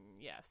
Yes